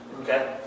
Okay